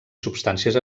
substàncies